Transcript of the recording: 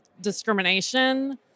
discrimination